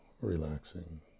relaxing